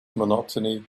monotony